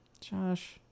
Josh